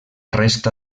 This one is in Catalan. resta